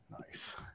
nice